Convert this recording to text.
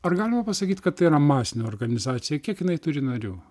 ar galima pasakyt kad tai yra masinė organizacija kiek jinai turi narių